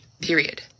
period